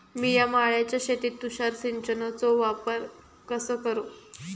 मिया माळ्याच्या शेतीत तुषार सिंचनचो वापर कसो करू?